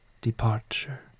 departure